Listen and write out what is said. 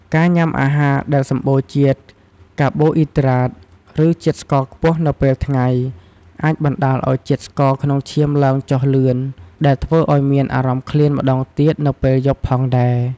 ការញ៉ាំអាហារដែលសម្បូរជាតិកាបូអ៊ីដ្រាត ឬជាតិស្ករខ្ពស់នៅពេលថ្ងៃ អាចបណ្តាលឱ្យជាតិស្ករក្នុងឈាមឡើងចុះលឿន ដែលធ្វើឱ្យមានអារម្មណ៍ឃ្លានម្តងទៀតនៅពេលយប់ផងដែរ។